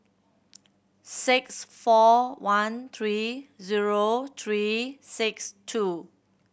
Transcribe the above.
six four one three zero three six two